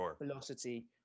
velocity